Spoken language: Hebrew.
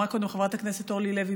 אמרה קודם חברת הכנסת אורלי לוי,